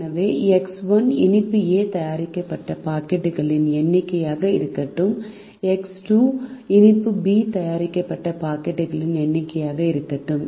எனவே எக்ஸ் 1 இனிப்பு A தயாரிக்கப்பட்ட பாக்கெட்டுகளின் எண்ணிக்கையாக இருக்கட்டும் எக்ஸ் 2 இனிப்பு B தயாரிக்கப்பட்ட பாக்கெட்டுகளின் எண்ணிக்கையாக இருக்கட்டும்